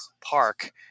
park